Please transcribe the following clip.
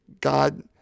God